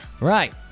Right